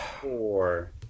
Four